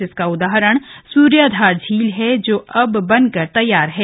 जिसका उदाहरण सूर्याधार झील है जो अब बनकर तैयार है